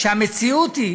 שהמציאות היא